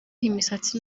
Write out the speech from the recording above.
imisatsi